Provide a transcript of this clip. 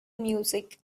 music